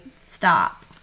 stop